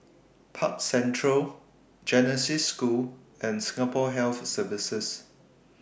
Park Central Genesis School and Singapore Health Services